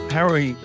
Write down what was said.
Harry